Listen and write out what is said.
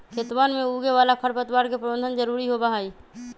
खेतवन में उगे वाला खरपतवार के प्रबंधन जरूरी होबा हई